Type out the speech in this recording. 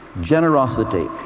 Generosity